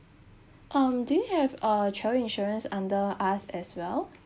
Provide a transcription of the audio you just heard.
um do you have a travel insurance under us as well